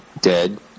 dead